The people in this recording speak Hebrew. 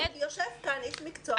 הנה, יושב כאן איש מקצוע.